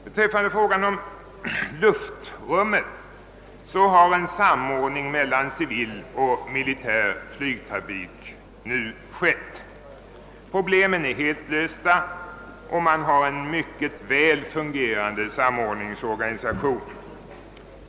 Vad beträffar frågan om luftrummet har samordning meilan civiloch militär flygtrafik nu skett. Problemen är helt lösta, och man har en mycket väl fungerande <samordningsorganisation.